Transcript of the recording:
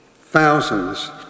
thousands